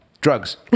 Drugs